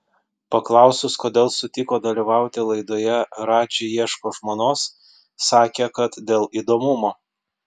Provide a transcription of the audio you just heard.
paklausus kodėl sutiko dalyvauti laidoje radži ieško žmonos sakė kad dėl įdomumo